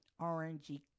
orangey